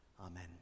amen